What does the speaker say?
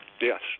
Yes